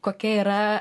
kokia yra